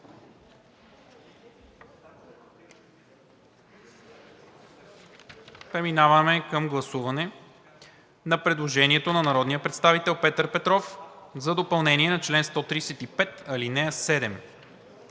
Преминаваме към гласуване на предложението на народния представител Петър Петров за допълнение на чл. 135, ал. 7,